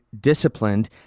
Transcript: disciplined